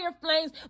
flames